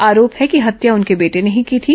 आरोप है कि हत्या उनके बेटे ने ही की थी